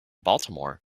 baltimore